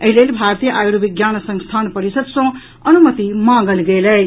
एहि लेल भारतीय आयुर्विज्ञान संस्थान परिषद सँ अनुमति मांगल गेल अछि